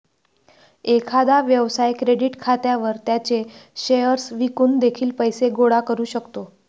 एखादा व्यवसाय क्रेडिट खात्यावर त्याचे शेअर्स विकून देखील पैसे गोळा करू शकतो